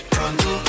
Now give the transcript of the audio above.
Pronto